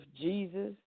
Jesus